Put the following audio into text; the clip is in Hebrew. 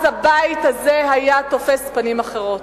הבית הזה היה נתפס בפנים אחרות.